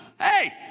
Hey